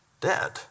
dead